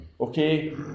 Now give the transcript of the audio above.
Okay